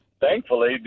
thankfully